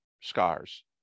scars